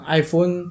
iPhone